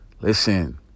Listen